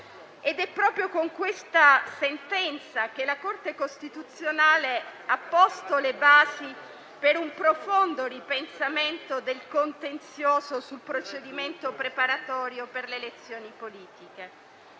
È proprio con questa sentenza che la Corte costituzionale ha posto le basi per un profondo ripensamento del contenzioso sul procedimento preparatorio per le elezioni politiche.